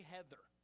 Heather